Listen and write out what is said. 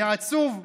זה עצוב.